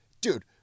Dude